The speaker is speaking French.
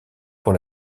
pour